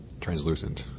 Translucent